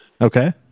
Okay